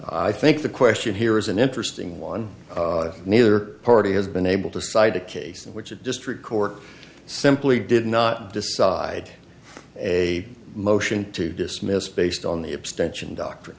i think the question here is an interesting one if neither party has been able to cite a case in which a district court simply did not decide a motion to dismiss based on the abstention doct